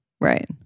Right